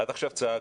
עד עכשיו צעקנו.